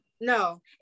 no